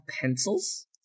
pencils